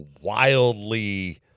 wildly